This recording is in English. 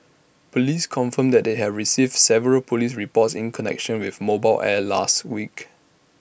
Police confirmed they had received several Police reports in connection with mobile air last week